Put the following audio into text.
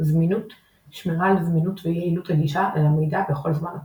זמינות – שמירה על זמינות ויעילות הגישה אל המידע בכל זמן נתון.